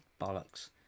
bollocks